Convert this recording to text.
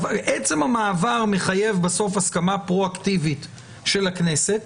עצם המעבר מחייב בסוף הסכמה פרו-אקטיבית של הכנסת.